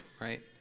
right